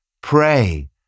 Pray